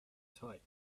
type